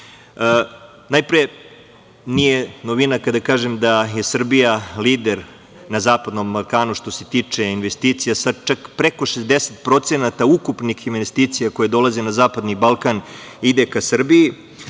nije novina kada kažem da je Srbija lider na zapadnom Balkanu što se tiče investicija, sa čak preko 60% ukupnih investicija koje dolaze na zapadni Balkan i ide ka Srbiji.